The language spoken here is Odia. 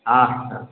ହଁ ଆଚ୍ଛା